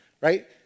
right